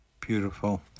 Beautiful